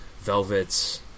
Velvets